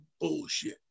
bullshit